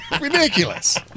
Ridiculous